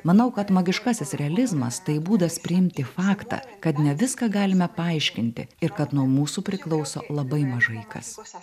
manau kad magiškasis realizmas tai būdas priimti faktą kad ne viską galime paaiškinti ir kad nuo mūsų priklauso labai mažai kas